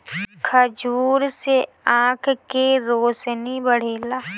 खजूर से आँख के रौशनी बढ़ेला